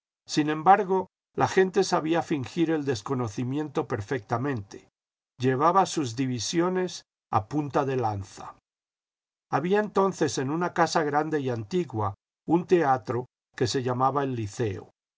sin embargo la gente sabía fingir el desconocimiento perfectamente llevaba sus divisiones a punta de lanza había entonces en una casa grande y antigua un teatro que se llamaba el liceo